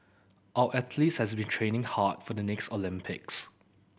our athletes have been training hard for the next Olympics